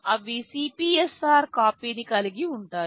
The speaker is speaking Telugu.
అవి CPSR కాపీని కలిగి ఉంటాయి